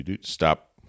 Stop